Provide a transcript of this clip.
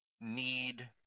need